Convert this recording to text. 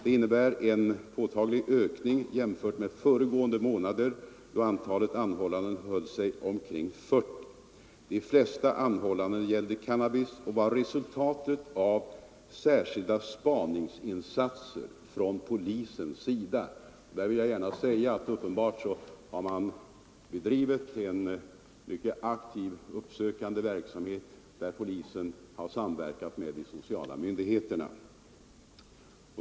Det innebär en påtaglig ökning jämfört med föregående månader, då antalet anhållanden höll sig omkring 40. De flesta anhållandena gällde cannabis och var resultatet av särskilda spaningsinsatser från polisens sida. Man har uppenbarligen bedrivit en mycket aktiv uppsökande verksamhet, där polisen har samarbetat med de sociala myndigheterna.